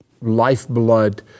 lifeblood